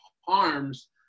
harms